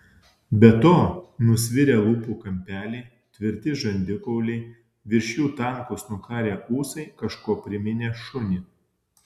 be to nusvirę lūpų kampeliai tvirti žandikauliai virš jų tankūs nukarę ūsai kažkuo priminė šunį